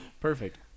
Perfect